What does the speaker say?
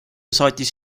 saatis